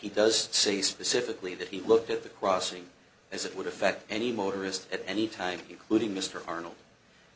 he does say specifically that he looked at the crossing as it would affect any motorist at any time you clued in mr arnold